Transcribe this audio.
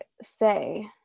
say